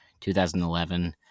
2011